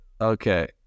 Okay